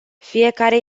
fiecare